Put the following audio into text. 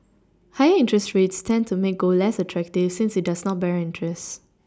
higher interest rates tend to make gold less attractive since it does not bear interest